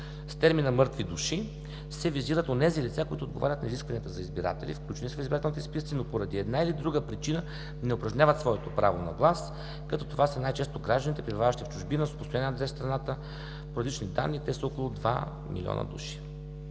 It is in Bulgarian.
С термина „мъртви души“ се визират онези лица, които отговарят на изискванията за избиратели, включени са в избирателните списъци, но поради една или друга причина не упражняват своето право на глас, като това са най-често гражданите, пребиваващи в чужбина, но с постоянен адрес в страната. По различни данни те са около 2 милиона души.